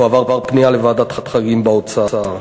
תועבר פנייה לוועדת חריגים באוצר.